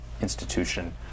Institution